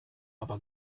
aber